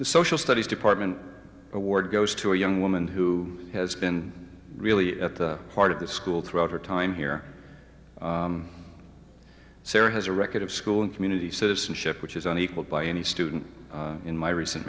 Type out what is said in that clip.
the social studies department award goes to a young woman who has been really at the heart of the school throughout her time here sarah has a record of school and community citizenship which is an equal by any student in my recent